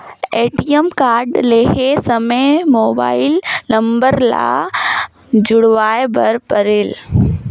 ATM card लहे समय mobile number ला भी जुड़वाए बर परेल?